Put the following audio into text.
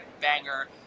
banger